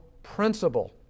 Principle